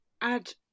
add